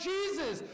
Jesus